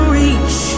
reach